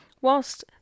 whilst